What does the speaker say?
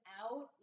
out